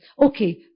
okay